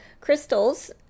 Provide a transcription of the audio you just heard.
crystals